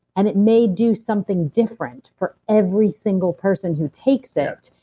and it may do something different for every single person who takes it.